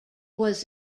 was